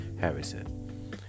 harrison